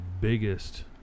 biggest